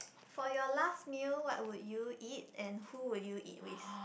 for your last meal what would you eat and who would you eat with